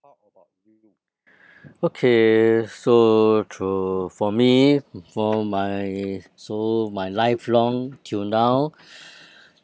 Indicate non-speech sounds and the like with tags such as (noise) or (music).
(breath) okay so through for me (noise) for my so my lifelong till now (breath)